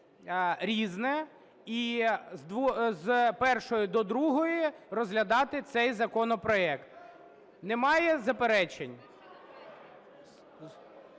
"Різне" і з першої до другої розглядати цей законопроект. Немає заперечень?